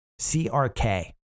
CRK